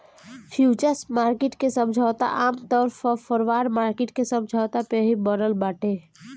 futures market के समझौता आमतौर पअ फॉरवर्ड मार्किट के समझौता पे ही बनल बाटे